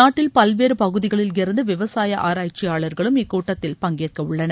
நாட்டில் பல்வேறு பகுதிகளில் இருந்து விவசாய ஆராய்ச்சியாளர்களும் இக்கூட்டத்தில் பங்கேற்க உள்ளனர்